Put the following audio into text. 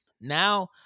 Now